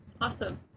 Awesome